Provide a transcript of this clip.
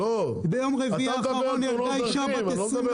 ביום רביעי האחרון נהרגה אישה בת 25